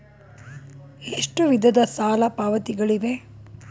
ಎಷ್ಟು ವಿಧದ ಸಾಲ ಪಾವತಿಗಳಿವೆ?